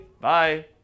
Bye